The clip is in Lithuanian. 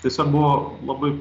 tiesiog buvo labai